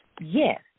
Yes